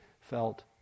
felt